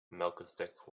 melchizedek